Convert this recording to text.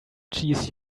cheese